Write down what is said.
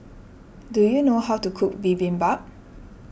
do you know how to cook Bibimbap